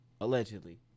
Allegedly